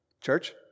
Church